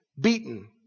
Beaten